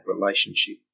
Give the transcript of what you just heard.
relationship